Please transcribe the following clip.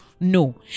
No